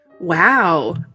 Wow